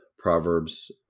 Proverbs